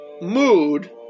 mood